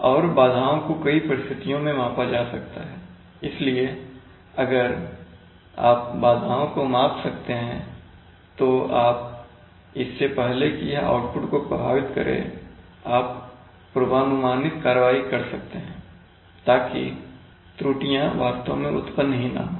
और बाधाओं को कई परिस्थितियों में मापा जा सकता हैइसलिए अगर आप बाधाओं को माप सकते हैं तो आप इससे पहले कि यह आउटपुट को प्रभावित करें आप पूर्वानुमानित कार्रवाई कर सकते हैं ताकि त्रुटियां वास्तव में उत्पन्न ही ना हों